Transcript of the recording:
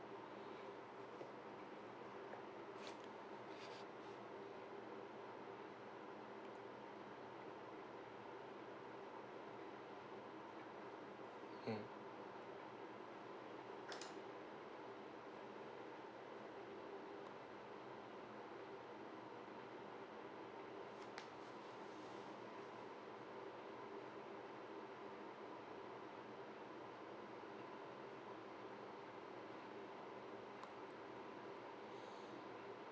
mm